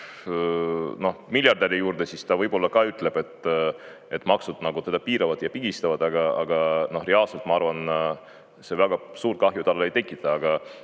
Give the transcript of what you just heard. minna miljardäri juurde, siis ta võib olla ka ütleb, et maksud nagu teda piiravad ja pigistavad. Aga reaalselt, ma arvan, see väga suurt kahju talle ei tekita. Aga